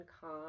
calm